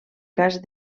cas